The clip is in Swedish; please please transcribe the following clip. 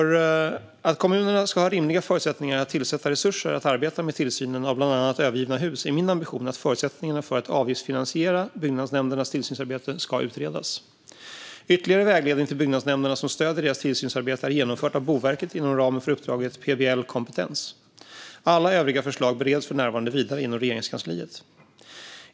För att kommunerna ska ha rimliga förutsättningar att tillsätta resurser för att arbeta med tillsynen av bland annat övergivna hus är min ambition att förutsättningarna för att avgiftsfinansiera byggnadsnämndernas tillsynsarbete ska utredas. Ytterligare vägledning till byggnadsnämnderna som stöd i deras tillsynsarbete är genomförd av Boverket inom ramen för uppdraget PBL kompetens. Alla övriga förslag bereds för närvarande vidare inom Regeringskansliet.